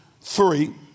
three